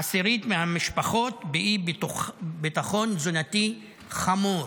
עשירית מהמשפחות, באי-ביטחון תזונתי חמור.